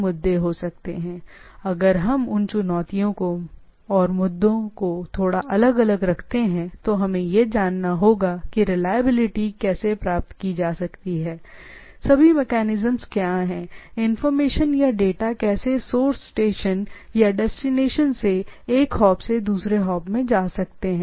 फिर भी अगर हम उन चुनौतियों और मुद्दों को थोड़ा अलग रखते हैं जैसे उन चीजों को देखेंगे कि अभी भी रिलायबिलिटी कैसे प्राप्त की जा सकती है सभी मेकैनिजम्स क्या हैं लेकिन हम जो देखने की कोशिश करते हैं वह यह है कि ये इंफॉर्मेशन या डेटा कैसे सोर्स स्टेशन या डेस्टिनेशन से एक हॉप से दूसरे में जा सकते हैं